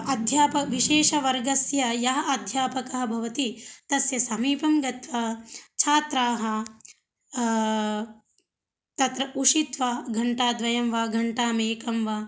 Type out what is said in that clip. अध्याप विशेषवर्गस्य यः अध्यापकः भवति तस्य समीपं गत्वा छात्राः तत्र उषित्वा घण्टाद्वयं वा घण्टाम् एकां वा